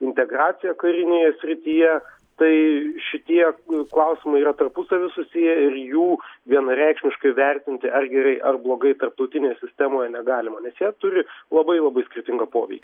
integraciją karinėje srityje tai šitie klausimai yra tarpusavy susiję ir jų vienareikšmiškai vertinti ar gerai ar blogai tarptautinėje sistemoje negalima nes jie turi labai labai skirtingą poveikį